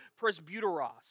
presbyteros